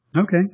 Okay